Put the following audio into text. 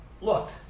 Look